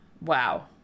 wow